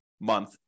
month